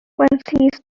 frequencies